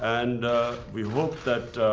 and we hope that